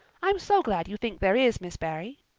i'm so glad you think there is, miss barry.